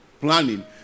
planning